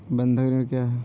बंधक ऋण क्या है?